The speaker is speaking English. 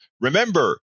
remember